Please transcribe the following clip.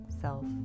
self